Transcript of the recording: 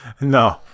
No